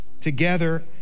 together